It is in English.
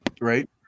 right